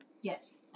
Yes